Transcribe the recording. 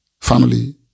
family